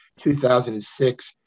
2006